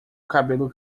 cabelo